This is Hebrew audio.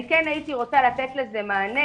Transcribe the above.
אני כן הייתי רוצה לתת לזה מענה,